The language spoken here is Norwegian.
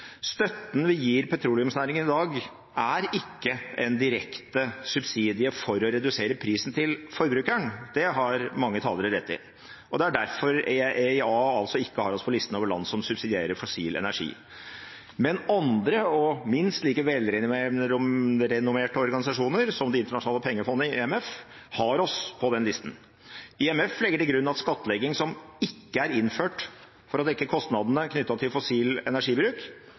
Støtten vi gir petroleumsnæringen i dag, er ikke en direkte subsidie for å redusere prisen til forbrukeren, det har mange talere rett i, og det er derfor IEA ikke har oss på listen over land som subsidierer fossil energi. Men andre, minst like velrennomerte organisasjoner, som Det internasjonale pengefondet, IMF, har oss på den listen. IMF legger til grunn at skattlegging som ikke er innført for å dekke kostnadene knyttet til fossil energibruk,